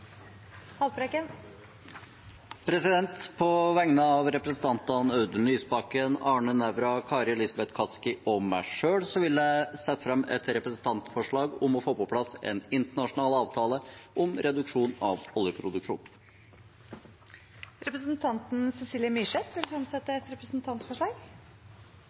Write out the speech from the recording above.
Haltbrekken vil fremsette et representantforslag. På vegne av representantene Audun Lysbakken, Arne Nævra, Kari Elisabeth Kaski og meg selv vil jeg sette fram et representantforslag om å få på plass en internasjonal avtale om reduksjon av oljeproduksjon. Representanten Cecilie Myrseth vil fremsette et representantforslag.